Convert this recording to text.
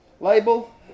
label